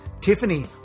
Tiffany